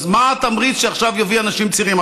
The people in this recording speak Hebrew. אז מה התמריץ שעכשיו יביא אנשים צעירים?